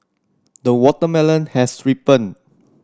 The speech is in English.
the watermelon has ripened